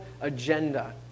agenda